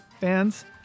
fans